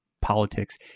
politics